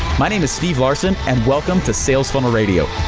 my name is steve larsen, and welcome to sales funnel radio.